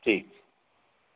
ठीक